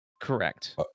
Correct